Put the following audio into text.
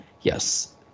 yes